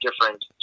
different